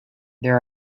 there